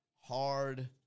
hard